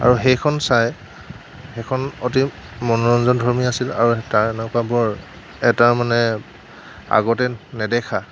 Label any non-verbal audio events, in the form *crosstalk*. আৰু সেইখন চাই সেইখন অতি মনোৰঞ্জনধৰ্মী আছিল আৰু তাৰ *unintelligible* এটা মানে আগতে নেদেখা